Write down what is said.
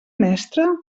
mestre